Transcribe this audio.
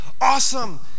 Awesome